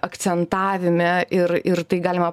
akcentavime ir ir tai galima